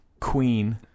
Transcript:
Queen